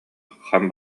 хам